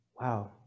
Wow